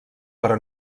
però